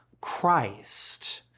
Christ